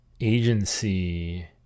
agency